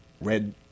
red